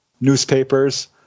newspapers